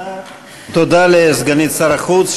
תודה לסגנית שר החוץ.